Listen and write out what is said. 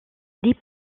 des